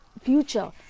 future